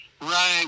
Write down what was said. Right